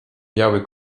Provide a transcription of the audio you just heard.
biały